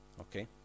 Okay